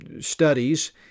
studies